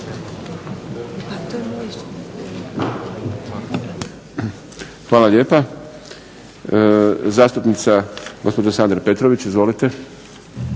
Hvala lijepa. zastupnica gospođa Sandra Petrović. Izvolite.